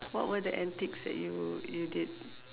what were the antics that you you did